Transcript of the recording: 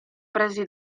presi